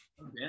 Okay